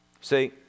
See